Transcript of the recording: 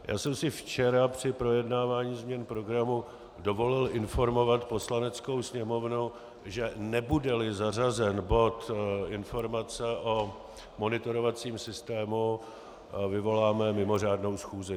Já jsem si včera při projednávání změn programu dovolil informovat Poslaneckou sněmovnu, že nebudeli zařazen bod informace o monitorovacím systému, vyvoláme mimořádnou schůzi.